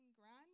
grand